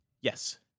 Yes